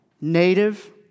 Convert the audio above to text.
native